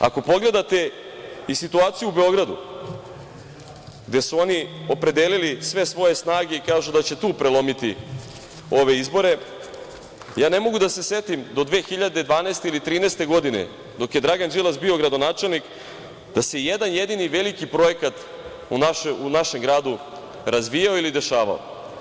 Ako pogledate i situaciju u Beogradu, gde su oni opredelili sve svoje snage i kažu da će tu prelomiti ove izbore, ja ne mogu da se setim do 2012. ili 2013. godine dok je Dragan Đilas bio gradonačelnik, da se jedan-jedini veliki projekat u našem gradu razvijao ili dešavao.